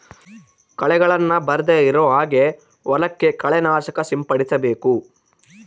ಕಳೆಗಳನ್ನ ಬರ್ದೆ ಇರೋ ಹಾಗೆ ಹೊಲಕ್ಕೆ ಕಳೆ ನಾಶಕ ಸಿಂಪಡಿಸಬೇಕು